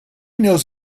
knows